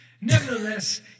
Nevertheless